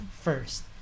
first